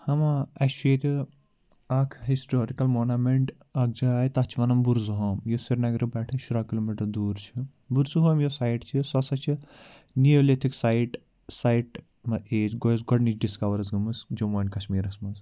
ہما اَسہِ چھُ ییٚتہِ اَکھ ہِسٹورِکَل مانومنٛٹ اَکھ جاے تَتھ چھِ وَنان بُرزُہوم یُس سرینگرٕ پٮ۪ٹھہٕ شُراہ کِلوٗ میٖٹَر دوٗر چھِ بُرزُہوم یۄس سایٹ چھِ سُہ ہَسا چھِ نِیولِتھِک سایٹ سایٹ مہ ایج گوٚو یَس گۄڈنِچ ڈِسکَوَر ٲس گٔمٕژ جموں اینٛڈ کَشمیٖرَس منٛز